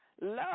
love